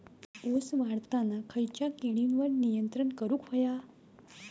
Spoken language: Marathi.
ऊस वाढताना खयच्या किडींवर नियंत्रण करुक व्हया?